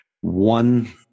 one